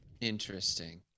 Interesting